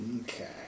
Okay